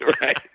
Right